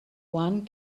one